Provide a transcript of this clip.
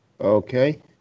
Okay